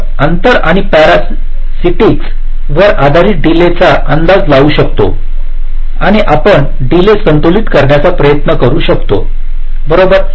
आपण अंतर आणि पॅरासिटिकसवर आधारित डिले चा अंदाज लावू शकतो आणि आपण डिले संतुलित करण्याचा प्रयत्न करू शकतो बरोबर